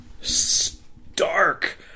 stark